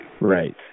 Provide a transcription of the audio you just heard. Right